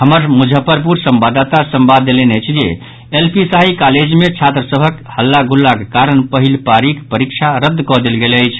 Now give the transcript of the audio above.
हमर मुजफ्फरपुर संवाददाता संवाद देलनि अछि जे एलपी शाही कॉलेज मे छात्र सभक हल्ला गुल्लाक कारण पहिल पारीक परीक्षा रद्द कऽ देल गेल अछि